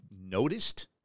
noticed